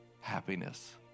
happiness